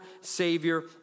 Savior